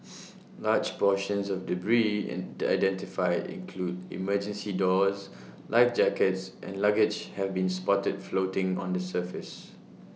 large portions of debris and identified include emergency doors life jackets and luggage have been spotted floating on the surface